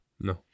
No